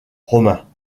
romain